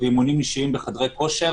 אימונים אישיים בחדרי כושר